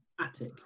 attic